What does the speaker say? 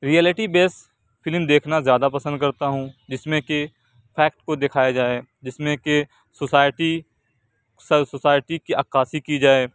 reality base film دیکھنا زیادہ پسند کرتا ہوں جس میں کہ فیکٹ کو دکھایا جائے جس میں کہ سوسائٹی سوسائٹی کی عکاسی کی جائے